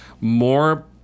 more